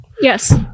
Yes